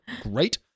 Great